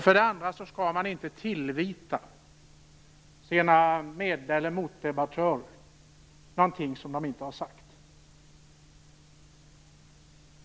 För det andra skall man inte tillvita sina med eller motdebattörer någonting som de inte har sagt.